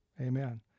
Amen